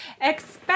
expect